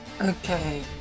Okay